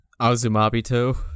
Azumabito